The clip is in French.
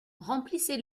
remplissez